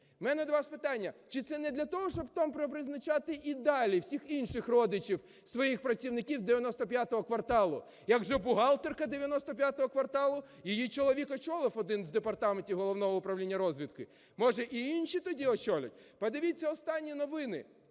В мене до вас питання: чи це не для того, щоб там попризначати і далі всіх інших родичів своїх працівників з "95 кварталу"? Як вже бухгалтерка з "95 кварталу", її чоловік очолив один з департаментів Головного управління розвідки. Може, і інші тоді очолять? Подивіться останні новини: